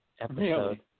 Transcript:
episode